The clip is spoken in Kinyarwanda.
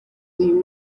uyu